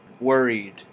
worried